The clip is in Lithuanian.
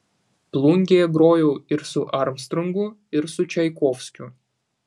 plungėje grojau ir su armstrongu ir su čaikovskiu